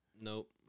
Nope